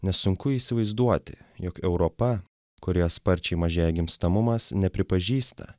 nesunku įsivaizduoti jog europa kurioje sparčiai mažėja gimstamumas nepripažįsta